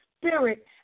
spirit